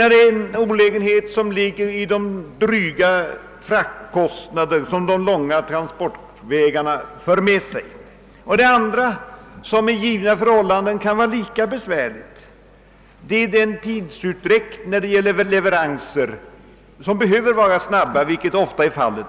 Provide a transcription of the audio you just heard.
Den ena olägenheten är de dryga fraktkostnaderna och den andra som under vissa förhållanden kan vara lika besvärlig är den tidsutdräkt vid leveranser, vilka ofta behöver vara snabba,